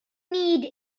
need